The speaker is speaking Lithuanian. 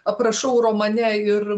aprašau romane ir